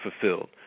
fulfilled